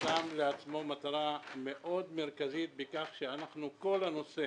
שם לעצמו מטרה מאוד מרכזית בכך שכל הנושא